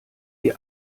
die